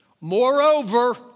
Moreover